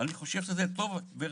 אני חושב שזה טוב ורצוי.